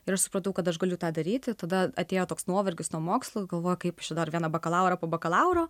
ir aš supratau kad aš galiu tą daryti tada atėjo toks nuovargis nuo mokslo galvoju kaip aš čia dar vieną bakalaurą po bakalauro